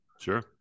Sure